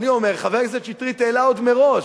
אני אומר, חבר הכנסת שטרית העלה עוד מראש,